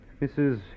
Mrs